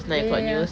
ya ya ya